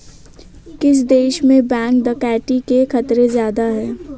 किस देश में बैंक डकैती के खतरे ज्यादा हैं?